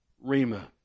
Rima